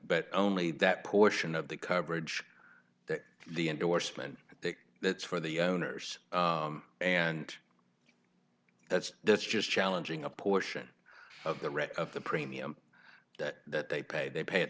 but only that portion of the coverage that the endorsement that's for the owners and that's that's just challenging a portion of the rest of the premium that they pay they pay a